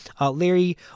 Larry